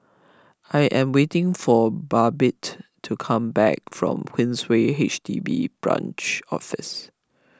I am waiting for Babette to come back from Queensway H D B Branch Office